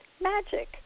magic